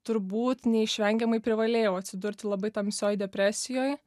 turbūt neišvengiamai privalėjau atsidurti labai tamsioj depresijoj